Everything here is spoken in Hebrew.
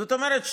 זאת אומרת,